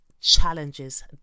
challenges